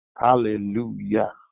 Hallelujah